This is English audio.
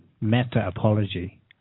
meta-apology